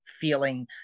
feeling